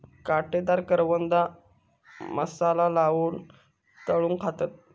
काटेदार करवंदा मसाला लाऊन तळून खातत